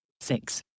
six